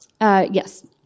Yes